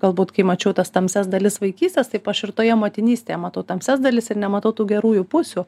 galbūt kai mačiau tas tamsias dalis vaikystės taip aš ir toje motinystėje matau tamsias dalis nematau tų gerųjų pusių